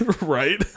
Right